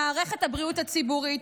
במערכת הבריאות הציבורית,